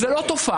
זאת לא תופעה.